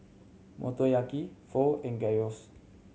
Motoyaki Pho and Gyros